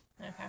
Okay